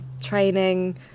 training